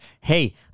hey